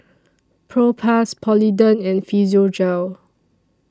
Propass Polident and Physiogel